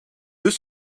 deux